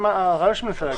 יש רעיון שאני מנסה להגיד.